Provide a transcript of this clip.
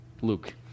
Luke